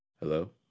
Hello